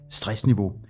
stressniveau